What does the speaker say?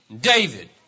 David